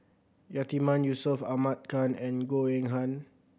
Yatiman Yusof Ahmad Khan and Goh Eng Han